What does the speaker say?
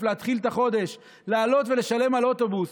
להתחיל את החודש לעלות ולשלם על אוטובוס,